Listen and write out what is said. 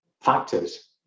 Factors